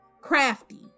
crafty